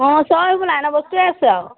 অঁ চব এইবোৰ লাইনৰ বস্তুৱে আছে আৰু